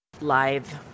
live